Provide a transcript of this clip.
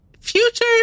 future